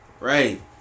right